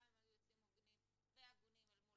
גם הם היו יוצאים הוגנים והגונים אל מול